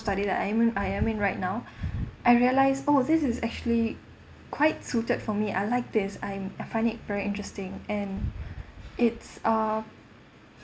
study that I'm aiming I'm aiming right now I realise oh this is actually quite suited for me I like this I'm I find it very interesting and it's uh